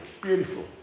beautiful